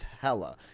hella